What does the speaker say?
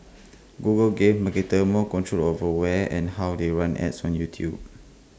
Google gave marketers more control over where and how they run ads on YouTube